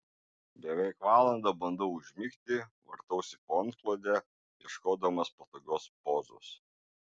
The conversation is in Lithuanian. beveik valandą bandau užmigti vartausi po antklode ieškodamas patogios pozos